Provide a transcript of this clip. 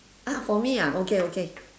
ah for me ah okay okay